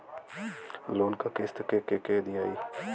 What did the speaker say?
Loan क किस्त के के दियाई?